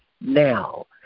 Now